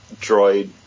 Droid